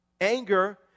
anger